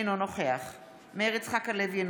אינו נוכח מאיר יצחק הלוי,